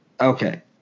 Okay